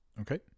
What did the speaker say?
Okay